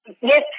Yes